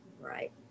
Right